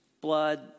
blood